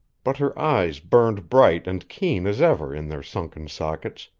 but her eyes burned bright and keen as ever in their sunken sockets,